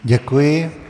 Děkuji.